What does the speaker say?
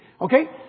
okay